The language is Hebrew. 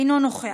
אינו נוכח,